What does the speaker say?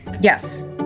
Yes